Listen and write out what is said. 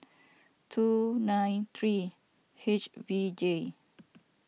two nine three H V J